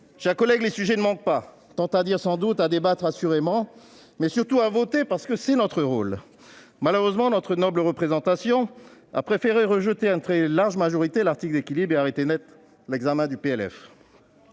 plan SMA 2025+. Les sujets ne manquent pas. Il y a tant à dire sans doute, tant à débattre assurément, mais surtout à voter, parce que c'est notre rôle. Malheureusement, notre noble représentation a préféré rejeter à une très large majorité l'article d'équilibre et arrêter net l'examen du PLF.